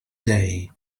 day